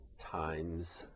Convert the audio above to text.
times